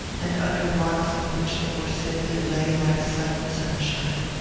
and under rocks on which the forsythia lay like sudden sunshine.